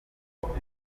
yavuze